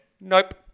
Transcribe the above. nope